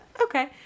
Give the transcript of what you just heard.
Okay